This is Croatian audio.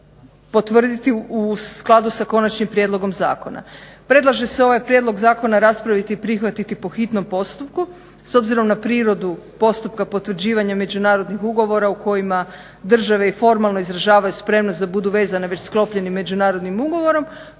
u skladu sa konačnim prijedlogom zakona. Predlaže se ovaj prijedlog zakona raspraviti i prihvatiti po hitnom postupku, s obzirom na prirodu postupka potvrđivanja međunarodnih ugovora u kojima države i formalno izražavaju spremnost da budu vezane već sklopljenim međunarodnim ugovorom,